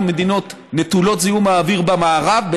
מהמדינות נטולות זיהום האוויר במערב,